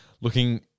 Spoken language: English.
looking